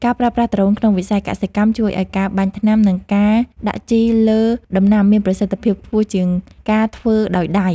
ការប្រើប្រាស់ដ្រូនក្នុងវិស័យកសិកម្មជួយឱ្យការបាញ់ថ្នាំ និងការដាក់ជីលើដំណាំមានប្រសិទ្ធភាពខ្ពស់ជាងការធ្វើដោយដៃ។